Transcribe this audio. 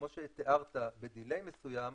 כמו שתיארת בדיליי מסוים,